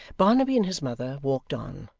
barnaby and his mother walked on,